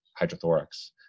hydrothorax